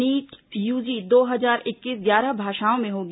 NEET UG दो हजार इक्कीस ग्यारह भाषाओं में होगी